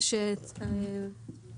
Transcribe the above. עו"ד אור אלדר תציג בקצרה.